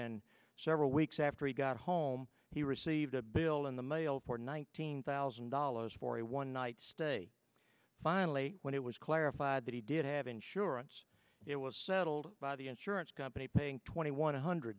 and several weeks after he got home he received a bill in the mail for nineteen thousand dollars for a one night stay finally when it was clarified that he did have insurance it was settled by the insurance company paying twenty one hundred